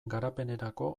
garapenerako